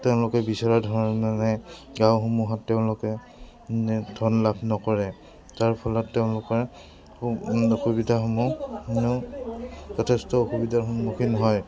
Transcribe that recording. তেওঁলোকে বিচৰা ধৰণৰ মানে গাঁওসমূহত তেওঁলোকে ধন লাভ নকৰে তাৰ ফলত তেওঁলোকৰ সুবিধাসমূহ যথেষ্ট অসুবিধাৰ সন্মুখীন হয়